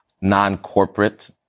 non-corporate